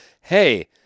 hey